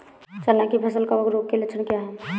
चना की फसल कवक रोग के लक्षण क्या है?